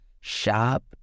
shop